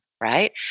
right